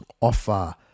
offer